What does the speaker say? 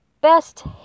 best